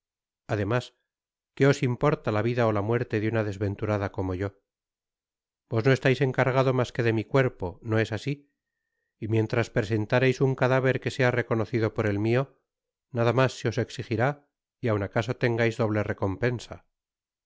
además qué os importa la vida ó la muerte de una desventurada como yo vos no estais encargado mas que de mi cuerpo no es asi y mientras presentareis un cadáver que sea reconocido por el mio nada mas se os exigirá y aun acaso tengais doble recompensa